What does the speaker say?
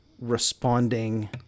responding